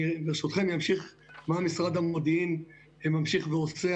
אני ברשותכם אמשיך לגבי מה משרד המודיעין ממשיך ועושה,